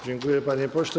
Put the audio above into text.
Dziękuję, panie pośle.